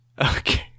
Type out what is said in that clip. okay